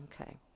Okay